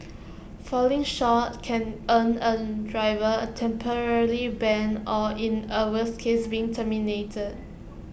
falling short can earn A driver A temporarily ban or in A worse case being terminated